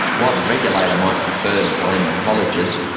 while the regulator might prefer to blame the colleges,